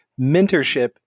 mentorship